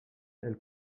elle